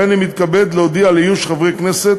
הריני מתכבד להודיע על איוש חברי כנסת